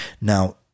Now